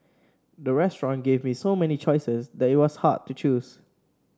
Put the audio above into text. the restaurant gave me so many choices that it was hard to choose